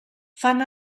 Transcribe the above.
fan